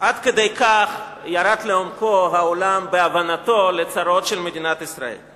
עד כדי כך ירד לעומקו העולם בהבנתו לצרות של מדינת ישראל.